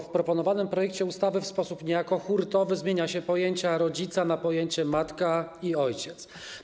W proponowanym projekcie ustawy w sposób niejako hurtowy zmienia się pojęcie rodzica na pojęcie: matka i ojciec.